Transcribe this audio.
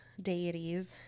deities